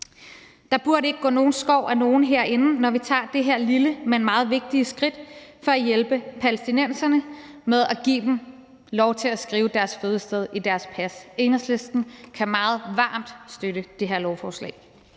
Der burde ikke gå nogen skår af nogen herinde, når vi tager det her lille, men meget vigtige skridt for at hjælpe palæstinenserne med at give dem lov til at skrive deres fødested i deres pas. Enhedslisten kan meget varmt støtte det her lovforslag.